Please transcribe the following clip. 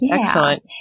Excellent